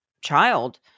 child